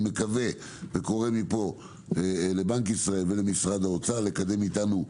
אני מקווה וקורא מפה לבנק ישראל ולמשרד האוצר לקדם אתנו,